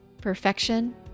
Perfection